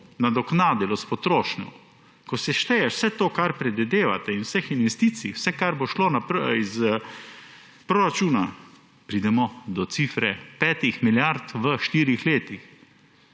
nadoknadilo s potrošnjo, ko sešteješ vse to, kar predvidevate, in vse investicije, vse, kar bo šlo naprej iz proračuna, pridemo do cifre 5 milijard v štirih letih.